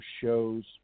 shows